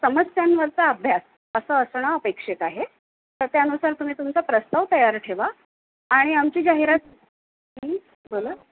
समस्यांवरचा अभ्यास असं असणं अपेक्षित आहे तर त्यानुसार तुम्ही तुमचा प्रस्ताव तयार ठेवा आणि आमची जाहिरात बोला